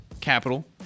capital